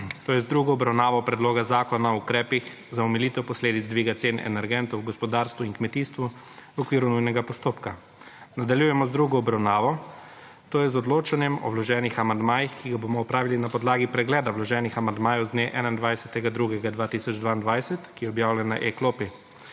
– z drugo obravnavo Predloga zakona o ukrepih za omilitev posledic dviga cen energentov v gospodarstvu in kmetijstvu v okviru nujnega postopka.** Nadaljujemo z **drugo obravnavo**, to je z odločanjem o vloženih amandmajih, ki ga bomo opravili na podlagi pregleda vloženih amandmajev z dne 21. 2. 2022, ki je objavljen na e-klopi.